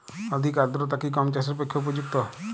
অধিক আর্দ্রতা কি গম চাষের পক্ষে উপযুক্ত?